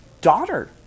daughter